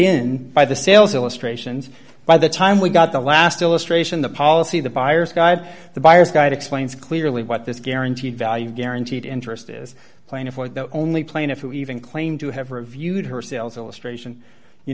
in by the sales illustrations by the time we got the last illustration the policy the buyer's guide the buyer's guide explains clearly what this guaranteed value guaranteed interest is plaintiff or the only plaintiff who even claimed to have reviewed her sales illustration you